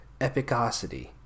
Epicosity